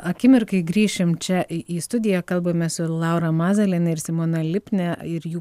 akimirkai grįšim čia į į studiją kalbame su laura mazalienė ir simona lipne ir jų